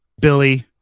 Billy